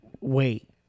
wait